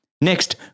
Next